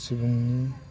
सुबुं